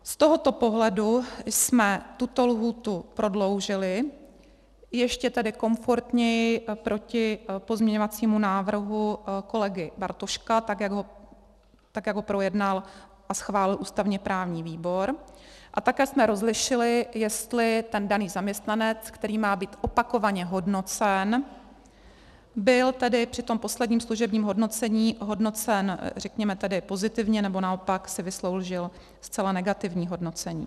Z tohoto pohledu jsme tuto lhůtu prodloužili, ještě tedy komfortněji proti pozměňovacímu návrhu kolegy Bartoška, tak jak ho projednal a schválil ústavněprávní výbor, a také jsme rozlišili, jestli ten daný zaměstnanec, který má být opakovaně hodnocen, byl tedy při tom posledním služebním hodnocení hodnocen, řekněme tedy pozitivně, nebo naopak si vysloužil zcela negativní hodnocení.